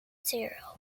zero